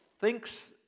thinks